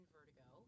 Vertigo